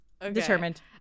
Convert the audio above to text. Determined